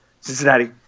Cincinnati